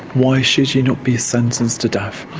why should you not be sentenced to death?